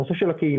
הנושא של הקהילה,